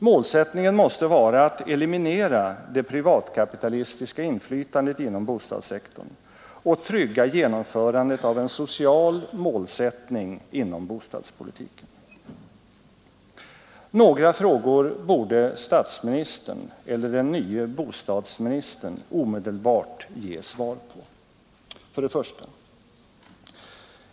Målsättningen måste vara att eliminera det privatkapitalistiska inflytandet inom bostadssektorn och trygga genomförandet av en social målsättning inom bostadspolitiken. Några frågor borde statsministern eller den nye bostadsministern omedelbart ge svar på. 1.